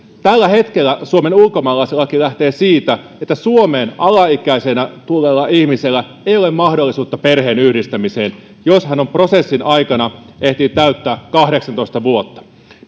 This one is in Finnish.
tällä hetkellä suomen ulkomaalaislaki lähtee siitä että suomeen alaikäisenä tulleella ihmisellä ei ole mahdollisuutta perheenyhdistämiseen jos hän prosessin aikana ehtii täyttää kahdeksantoista vuotta